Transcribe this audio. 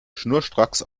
schnurstracks